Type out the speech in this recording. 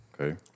Okay